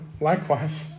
likewise